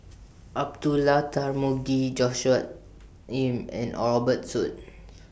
Abdullah Tarmugi Joshua Ip and Robert Soon